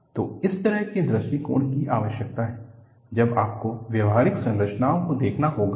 तो इस तरह के दृष्टिकोण की आवश्यकता है जब आपको व्यावहारिक समस्याओं को देखना होगा